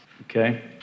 okay